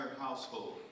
household